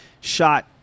shot